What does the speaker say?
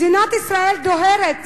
מדינת ישראל דוהרת